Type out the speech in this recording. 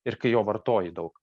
ir kai jo vartoji daug